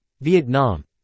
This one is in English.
Vietnam